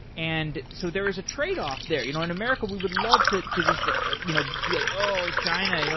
and so there is a tradeoff there. you know in america, we would love to to just ah you know to be like, oh, china. you know